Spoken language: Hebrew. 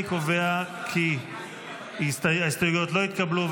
אני קובע כי ההסתייגויות לא התקבלו.